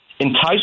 entice